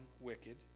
wicked